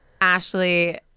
Ashley